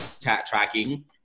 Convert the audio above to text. tracking